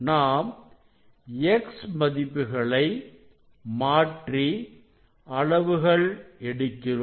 நாம் X மதிப்புகளை மாற்றி அளவுகள் எடுத்திருக்கிறோம்